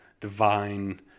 divine